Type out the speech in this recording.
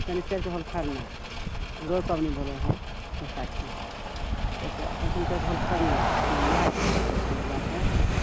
शनिचरके होल खरना पाबनि बोल हइ बैसाखी शनिचर के होल खरना अथी नहाय खाय ओइकेबाद फेर